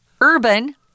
urban